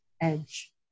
edge